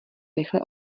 rychle